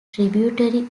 tributary